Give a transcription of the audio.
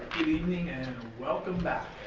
evening and welcome back